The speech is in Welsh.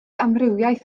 amrywiaeth